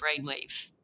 brainwave